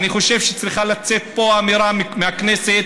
אני חושב שצריכה לצאת פה אמירה מהכנסת,